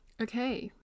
okay